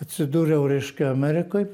atsidūriau reiškia amerikoj